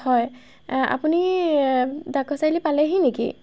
হয় আপুনি ডাকঘৰ চাৰিআলি পালেহি নেকি